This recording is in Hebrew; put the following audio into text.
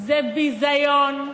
זה ביזיון.